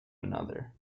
another